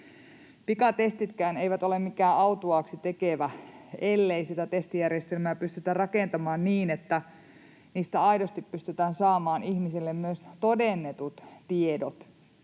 Pikatestitkään eivät ole mitään autuaaksi tekeviä, ellei sitä testijärjestelmää pystytä rakentamaan niin, että niistä aidosti pystytään saamaan ihmisille myös todennetut tiedot,